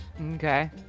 Okay